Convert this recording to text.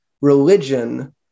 religion